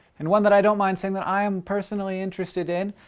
and one that i don't mind saying that i'm personally interested in.